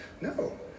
no